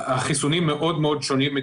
החיסונים מאוד מאוד שונים.